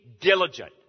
diligent